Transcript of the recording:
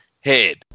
head